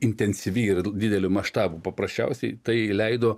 intensyvi ir didelių maštabų paprasčiausiai tai leido